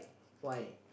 why